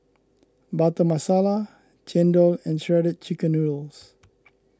Butter Masala Chendol and Shredded Chicken Noodles